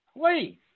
Please